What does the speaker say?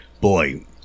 boy